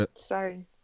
sorry